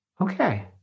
Okay